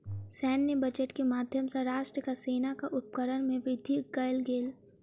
सैन्य बजट के माध्यम सॅ राष्ट्रक सेनाक उपकरण में वृद्धि कयल गेल